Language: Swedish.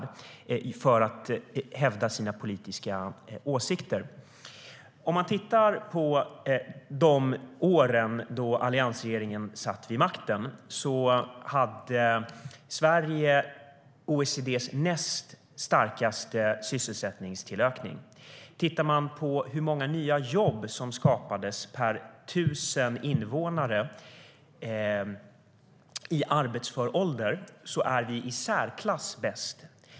Det görs för att man vill framhäva sina politiska åsikter. Om man tittar på de år då alliansregeringen satt vid makten kan man se att Sverige hade OECD:s näst starkaste sysselsättningsökning. Om man tittar på hur många nya jobb som skapades per tusen invånare i arbetsför ålder kan man se att vi var i särklass bäst.